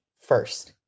first